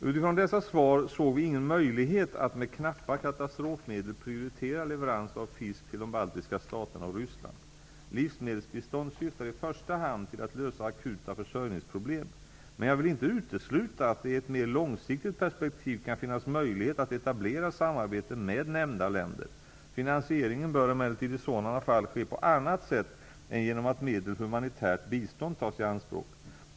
Utifrån dessa svar såg vi ingen möjlighet att med knappa katastrofmedel prioritera leverans av fisk till de baltiska staterna och Ryssland. Livsmedelsbistånd syftar i första hand till att lösa akuta försörjningsproblem. Men jag vill inte utesluta att det i ett mer långsiktigt perspektiv kan finnas möjlighet att etablera samarbete med nämnda länder. Finansieringen bör emellertid i sådana fall ske på annat sätt än genom att medel för humanitärt bistånd tas i anspråk.